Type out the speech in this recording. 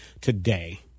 today